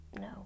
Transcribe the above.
No